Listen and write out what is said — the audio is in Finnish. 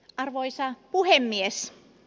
arvoisa puhemies